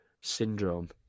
syndrome